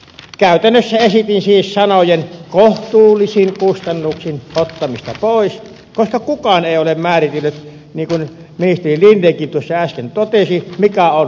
käytännössä esitin siis sanojen kohtuullisin kustannuksin ottamista pois koska kukaan ei ole määritellyt niin kuin ministeri lindenkin tuossa äsken totesi mikä on kohtuullista